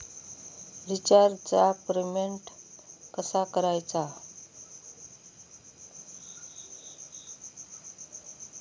रिचार्जचा पेमेंट कसा करायचा?